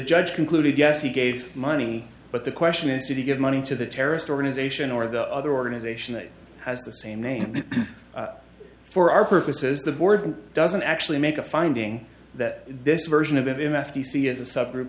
judge concluded yes he gave money but the question is did he give money to the terrorist organization or the other organization that has the same name for our purposes the board doesn't actually make a finding that this version of events d c is a subgroup